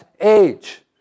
age